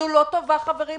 זאת לא טובה, חברים.